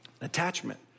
attachment